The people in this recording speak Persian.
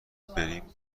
برین